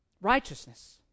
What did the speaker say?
Righteousness